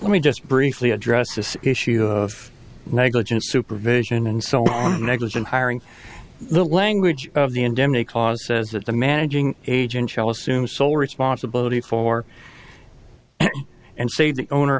let me just briefly address this issue of negligent supervision and so on negligent hiring the language of the endemic cause says that the managing agent shall assume sole responsibility for and save the owner